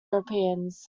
europeans